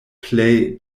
plej